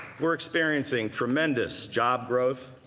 we're experiencing tremendous job growth,